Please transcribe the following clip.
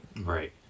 Right